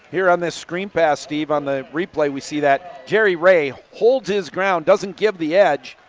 here on this screen pass, steve, on the replay we see that jerry raye holds his ground, doesn't give the edge.